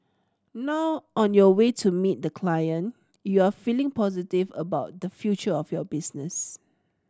now on your way to meet the client you are feeling positive about the future of your business